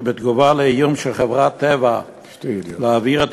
שבתגובה על איום של חברת "טבע" להעביר את